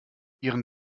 ihren